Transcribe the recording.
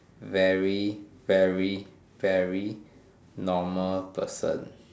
very very very normal person